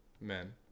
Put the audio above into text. men